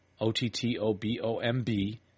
O-T-T-O-B-O-M-B